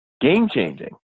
game-changing